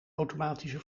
automatische